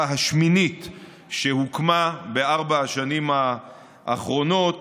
השמינית שהוקמה בארבע השנים האחרונות